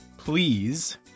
please